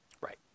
Right